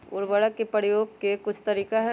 उरवरक के परयोग के कुछ तरीका हई